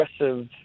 aggressive